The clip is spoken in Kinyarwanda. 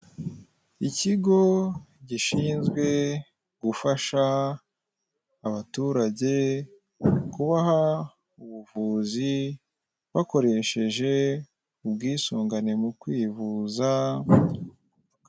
Ikigo gishinzwe gufasha abaturage, kubaha ubuvuzi, bakoresheje ubwisungane mu kwivuza.